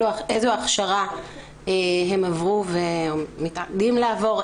איזו הכשרה הם עברו ומתעתדים לעבור,